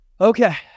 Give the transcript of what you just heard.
Okay